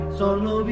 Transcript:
solo